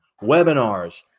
Webinars